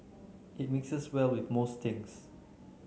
it mixes well with most things